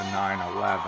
9-11